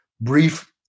brief